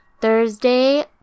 Thursday